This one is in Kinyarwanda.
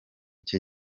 cye